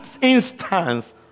instance